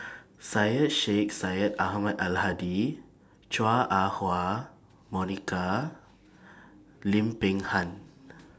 Syed Sheikh Syed Ahmad Al Hadi Chua Ah Huwa Monica Lim Peng Han